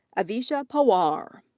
avisha pawar.